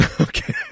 Okay